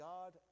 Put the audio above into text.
God